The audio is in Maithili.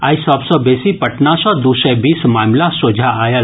आइ सभ सँ बेसी पटना सँ दू सय बीस मामिला सोझा आयल